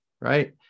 right